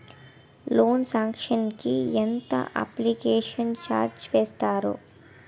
Loan sanction కి ఎంత application charge వేస్తారు?